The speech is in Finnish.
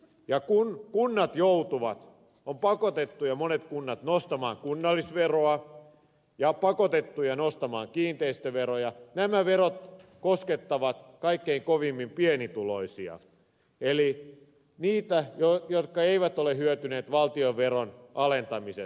ja kun kunnat joutuvat on pakotettu ja monet kunnat ovat pakotettuja nostamaan kunnallisveroa ja pakotettuja nostamaan kiinteistöveroja nämä verot koskettavat kaikkein kovimmin pienituloisia eli niitä jotka eivät ole hyötyneet valtionveron alentamisesta